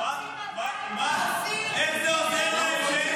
מה זה יעזור?